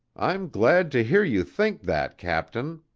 i'm glad to hear you think that, captain.